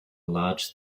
large